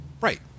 Right